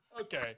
Okay